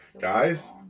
guys